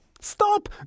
Stop